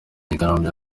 myigaragambyo